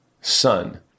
son